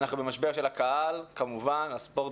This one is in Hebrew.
אנחנו במשבר גם של הקהל, כי בסוף הספורט